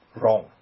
Wrong